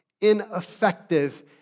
ineffective